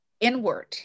inward